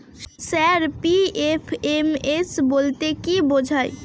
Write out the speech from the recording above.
Sir PFMS বলতে কি বোঝায়?